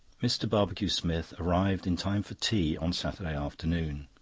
mr. barbecue-smith arrived in time for tea on saturday afternoon.